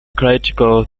critical